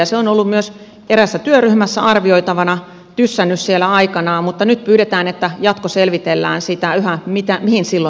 se on ollut myös eräässä työryhmässä arvioitavana tyssännyt siellä aikanaan mutta nyt pyydetään että jatkoselvitellään sitä yhä mihin sillä